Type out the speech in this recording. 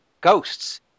Ghosts